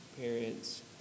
parents